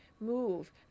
move